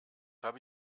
habe